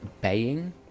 baying